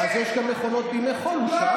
ביום שני,